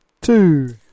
Two